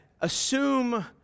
assume